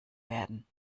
werden